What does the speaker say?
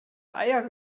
eier